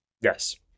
yes